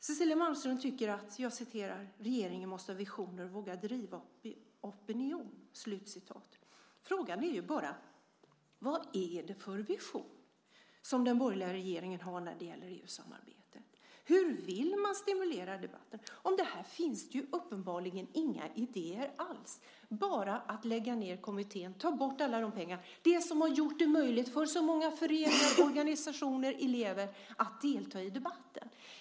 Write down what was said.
Cecilia Malmström tycker att "en regering måste ha visioner och våga driva opinion". Frågan är bara: Vad är det för vision som den borgerliga regeringen har när det gäller EU-samarbetet? Hur vill man stimulera debatten? Om det här finns det uppenbarligen inga idéer alls. Det är bara att lägga ned kommittén och ta bort alla pengar - det som har gjort det möjligt för så många föreningar, organisationer och elever att delta i debatten.